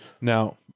Now